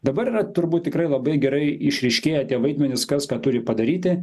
dabar yra turbūt tikrai labai gerai išryškėję tie vaidmenys kas ką turi padaryti